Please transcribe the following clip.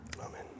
Amen